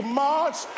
march